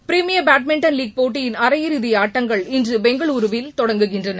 premier badminton league போட்டியின் அரையிறதி ஆட்டங்கள் இன்று பெங்களுருவில் தொடங்குகின்றன